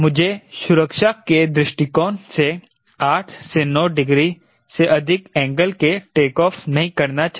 मुझे सुरक्षा के दृष्टिकोण से 8 9 डिग्री से अधिक एंगल पर टेकऑफ़ नहीं करना चाहिए